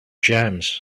jams